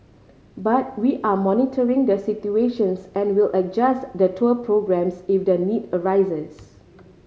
but we are monitoring the situations and will adjust the tour programmes if the need arises